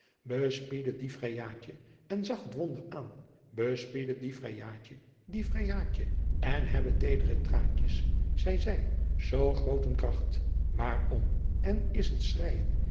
die vrijaadje en zagh het wonder aan bespiedde die vrijaadje die vrijaadje en hebben teedre traantjes zei zij zoo groot een kracht waarom en is het